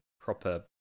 proper